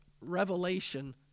revelation